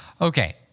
Okay